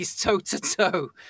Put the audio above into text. toe-to-toe